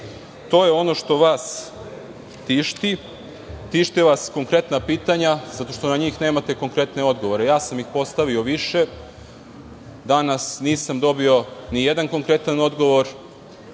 To je ono što vas tišti. Tište vas konkretna pitanja, zato što na njih nemate konkretne odgovore. Ja sam ih postavio više. Danas nisam dobio ni jedan konkretan odgovor.